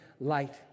light